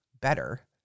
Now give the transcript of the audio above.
better